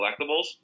collectibles